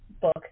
book